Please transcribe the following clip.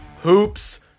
hoops